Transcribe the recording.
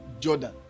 Jordan